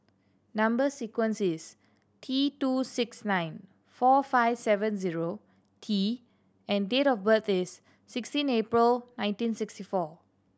number sequence is T two six nine four five seven zero T and date of birth is sixteen April nineteen sixty four